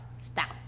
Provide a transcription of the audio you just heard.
stop